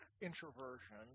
introversion